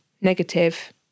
negative